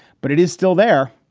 but it is still there.